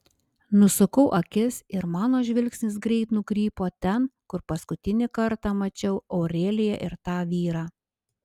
nusukau akis ir mano žvilgsnis greit nukrypo ten kur paskutinį kartą mačiau aureliją ir tą vyrą